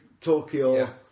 Tokyo